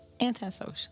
Antisocial